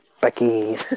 Becky